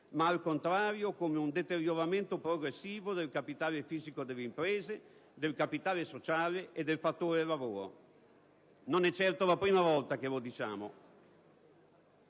ma al contrario come un deterioramento progressivo del capitale fisico delle imprese, del capitale sociale e del fattore lavoro. Non è certo la prima volta che lo diciamo